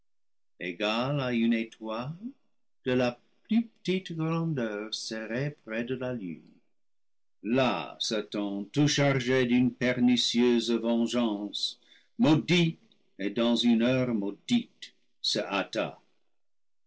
une étoile de la plus petite grandeur serrée près de la lune là satan tout chargé d'une pernicieuse vengeance maudit et dans une heure